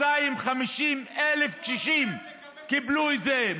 250,000 קשישים קיבלו את זה.